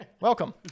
Welcome